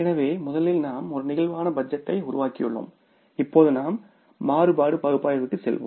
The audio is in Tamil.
எனவே முதலில் நாம் ஒரு பிளேக்சிபிள் பட்ஜெட் டை உருவாக்கியுள்ளோம் இப்போது நாம் மாறுபாடு பகுப்பாய்விற்கு செல்வோம்